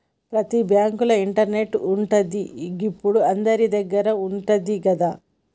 ప్రతి బాంకుల ఇంటర్నెటు ఉంటది, గిప్పుడు అందరిదగ్గర ఉంటంది గదా